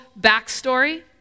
backstory